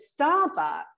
Starbucks